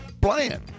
Bland